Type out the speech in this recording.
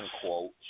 quote